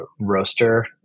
roaster